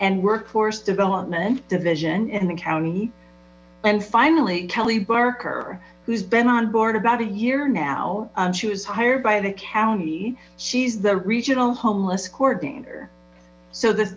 and workforce development division in the county and finally kelly barker who's been on board about a year now she was hired by the county she's the regional homeless coordinator so the